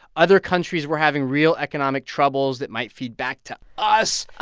other countries were having real economic troubles that might feed back to us. ah